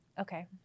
okay